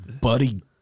Buddy